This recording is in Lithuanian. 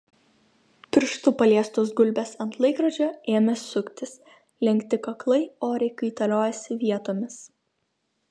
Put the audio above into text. pirštu paliestos gulbės ant laikrodžio ėmė suktis lenkti kaklai oriai kaitaliojosi vietomis